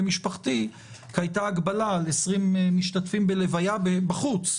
משפחתי כי הייתה הגבלה על 20 משתתפים בהלוויה בחוץ,